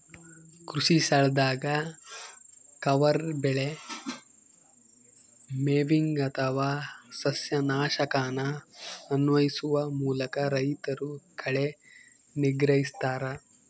ಕೃಷಿಸ್ಥಳದಾಗ ಕವರ್ ಬೆಳೆ ಮೊವಿಂಗ್ ಅಥವಾ ಸಸ್ಯನಾಶಕನ ಅನ್ವಯಿಸುವ ಮೂಲಕ ರೈತರು ಕಳೆ ನಿಗ್ರಹಿಸ್ತರ